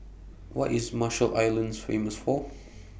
What IS Marshall Islands Famous For